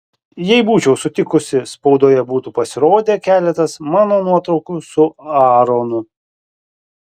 jei būčiau sutikusi spaudoje būtų pasirodę keletas mano nuotraukų su aaronu